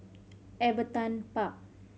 Everton Park